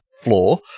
floor